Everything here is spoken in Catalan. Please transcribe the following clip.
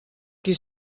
qui